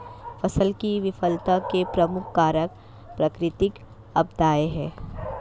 फसल की विफलता के प्रमुख कारक प्राकृतिक आपदाएं हैं